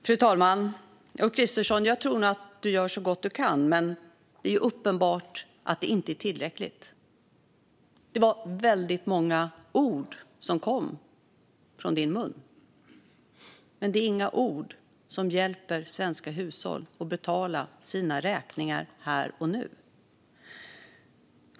Fru talman! Jag tror nog att du gör så gott du kan, Ulf Kristersson. Men det är uppenbart att det inte är tillräckligt. Det var väldigt många ord som kom från din mun. Men det är inga ord som hjälper svenska hushåll att betala sina räkningar här och nu.